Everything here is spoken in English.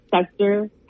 sector